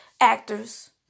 actors